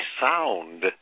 sound